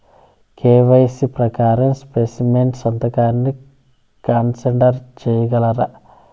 KYC ప్రకారం specimen సంతకాన్ని consider సేయగలరా?